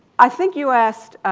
i think you asked